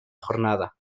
jornada